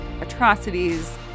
atrocities